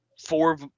four